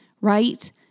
right